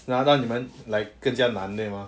!wah! then 你们 like 更加艰难对吗